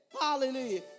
Hallelujah